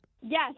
Yes